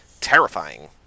terrifying